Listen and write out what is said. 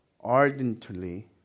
ardently